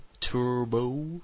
Turbo